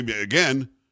Again